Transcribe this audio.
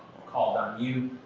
called on you,